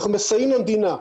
אנחנו מסייעים למדינה.